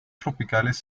tropicales